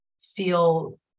feel